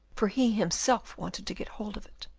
for he himself wanted to get hold of it,